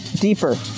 deeper